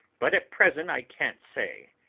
but at present i can't say.